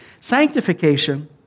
Sanctification